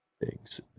Thanks